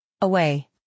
Away